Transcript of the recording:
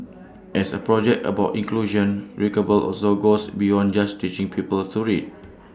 as A project about inclusion readable also goes beyond just teaching people to read